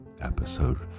Episode